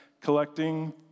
collecting